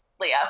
Leah